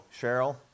Cheryl